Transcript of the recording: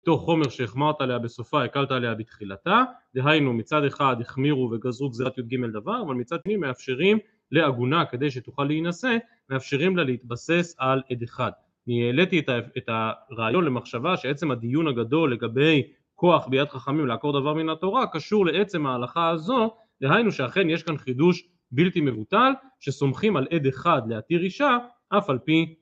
מתוך חומר שהחמרת עליה בסופה הקלת עליה בתחילתה, דהיינו, מצד אחד, החמירו וגזרו גזרת י"ג דבר, אבל מצד שני, מאפשרים לעגונה - כדי שתוכל להינשא - מאפשרים לה להתבסס על עד אחד. אני העליתי את הרעיון למחשבה שעצם הדיון הגדול לגבי כוח ביד חכמים לעקור דבר מן התורה, קשור לעצם ההלכה הזו, דהיינו שאכן יש כאן חידוש בלתי מבוטל, שסומכים על עד אחד להתיר אישה, אף על פי